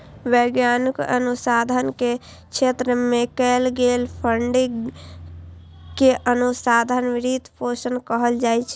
वैज्ञानिक अनुसंधान के क्षेत्र मे कैल गेल फंडिंग कें अनुसंधान वित्त पोषण कहल जाइ छै